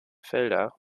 felder